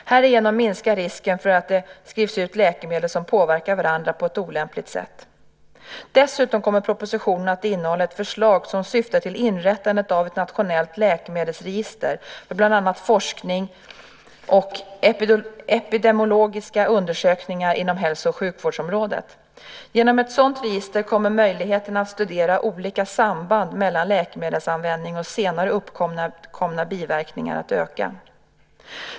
Härigenom minskar risken för att det skrivs ut läkemedel som påverkar varandra på ett olämpligt sätt. Dessutom kommer propositionen att innehålla ett förslag som syftar till inrättandet av ett nationellt läkemedelsregister för bland annat forskning och epidemiologiska undersökningar inom hälso och sjukvårdsområdet. Genom ett sådant register kommer möjligheterna att studera olika samband mellan läkemedelsanvändning och senare uppkomna biverkningar att öka.